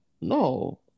No